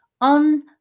on